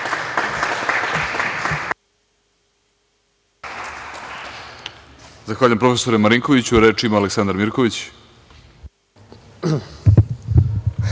Zahvaljujem profesore Marinkoviću. Reč ima Aleksandar Mirković.